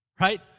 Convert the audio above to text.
Right